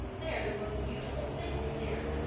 they are the most beautiful things, dear.